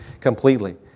completely